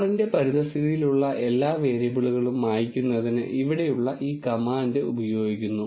R ന്റെ പരിതസ്ഥിതിയിലുള്ള എല്ലാ വേരിയബിളുകളും മായ്ക്കുന്നതിന് ഇവിടെയുള്ള ഈ കമാൻഡ് ഉപയോഗിക്കുന്നു